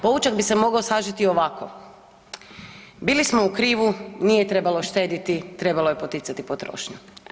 Poučak bi se mogao sažeti ovako, bili smo u krivu nije trebalo štedjeti trebalo je poticati potrošnju.